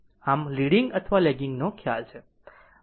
આ લીડીંગ અથવા લેગિંગ નો ખ્યાલ છે